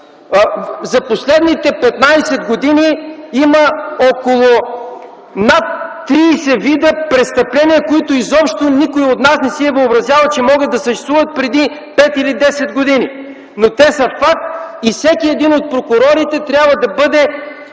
За последните 15 години има около над 30 вида престъпления, които изобщо никой от нас не си е въобразявал, че могат да съществуват преди пет или десет години, но те са факт и всеки един от прокурорите трябва да бъде